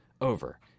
over